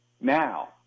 Now